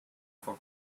for